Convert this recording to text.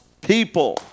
people